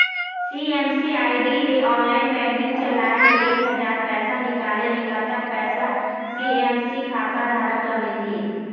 CSC ID ले online banking चलाए ले एक हजार पैसा निकाले ले कतक पैसा सी.एस.सी खाता धारक ला मिलही?